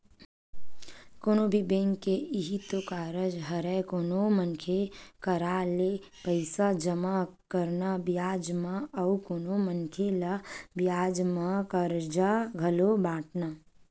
कोनो भी बेंक के इहीं तो कारज हरय कोनो मनखे करा ले पइसा जमा करना बियाज म अउ कोनो मनखे ल बियाज म करजा घलो बाटना